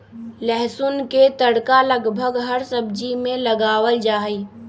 लहसुन के तड़का लगभग हर सब्जी में लगावल जाहई